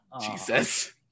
Jesus